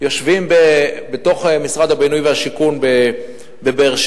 יושבים בתוך משרד הבינוי והשיכון בבאר-שבע,